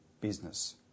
business